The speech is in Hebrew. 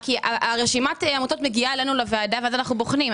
רשימת העמותות מגיעה לוועדה ואז אנחנו בוחנים.